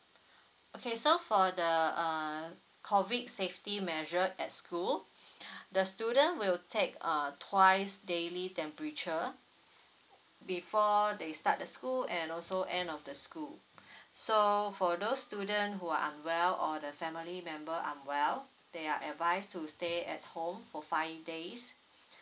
okay so for the uh COVID safety measure at school the student will take uh twice daily temperature before they start the school and also end of the school so for those student who are unwell or the family member unwell they are advised to stay at home for five days